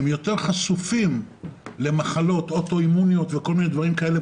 הם יותר חשופים למחלות אוטואימוניות וכל מיני דברים כאלה.